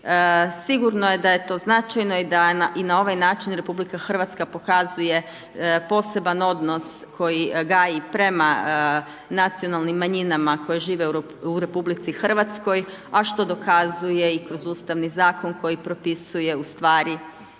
Sigurno da je to značajno i da i na ovaj način RH pokazuje poseban odnos koji gaji prema nacionalnim manjinama koje žive u RH, a što dokazuje i kroz Ustavni zakon koji propisuje u stvari sve